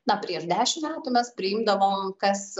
na prieš dešim metų mes priimdavom kas